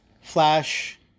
Flash